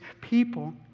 people